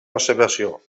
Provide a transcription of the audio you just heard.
observació